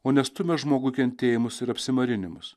o ne stumia žmogų į kentėjimus ir apsimarinimus